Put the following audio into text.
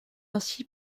ainsi